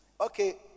Okay